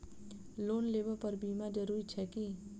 Loan लेबऽ पर बीमा जरूरी छैक की?